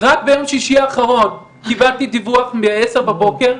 רק ביום שישי האחרון קיבלתי דיווח בעשר בבוקר,